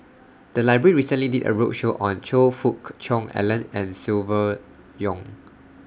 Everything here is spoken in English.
The Library recently did A roadshow on Choe Fook Cheong Alan and Silvia Yong